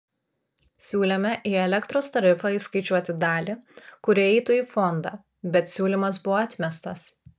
siūlėme į elektros tarifą įskaičiuoti dalį kuri eitų į fondą bet siūlymas buvo atmestas